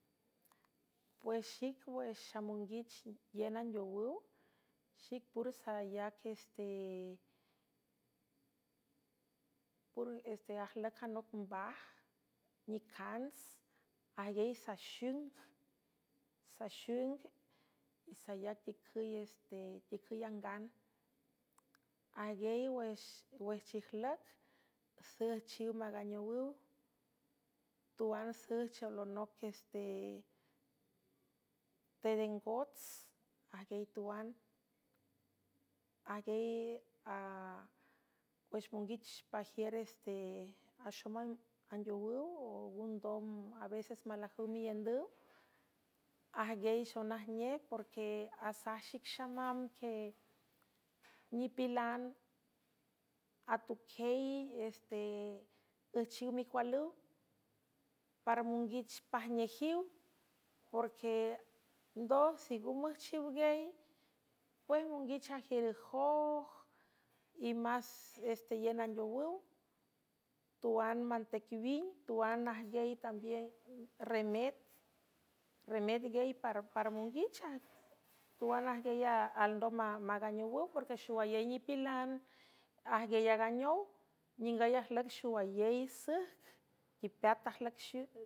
Pues xic wüxxamonguich yen andeowüw xic pur sayacpur este ajlüc anoc mbaj nicants ajguiey saxiing y sayac ticüysticüy angan ajgey wejchijlüc süjchiw maganeowüw tuan süjchioo lonoc ieste teden gots ajguiey tuan eywüx munguich pajiür este axoma andeowüw o gandom a veces malajüw miündüw ajgueyxhonajnej porque asaj xic xamam que nipilan atuquey ste üjchiw micualüw para munguich pajnejiw porque ndoj singun müjchiw gey pues munguich ajiürüjoj y más esteyen andeowüw tuan manteicwin tuan ajgiey tambiün remet giey para monguicha tuan ajgieyalndom maganeowüw porque xowayey nipilan ajguiey aganeow ningay ajlüc xowayey süjc ipeat ajlüc xiw.